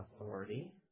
authority